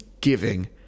giving